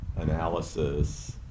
analysis